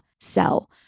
sell